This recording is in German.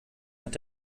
hat